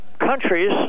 countries